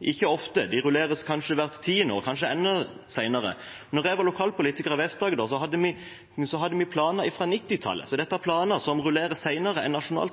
ikke ofte, de rulleres kanskje hvert tiende år, kanskje enda sjeldnere. Da jeg var lokalpolitiker i Vest-Agder, hadde vi planer fra 1990-tallet. Så dette er planer som rulleres senere enn Nasjonal